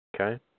Okay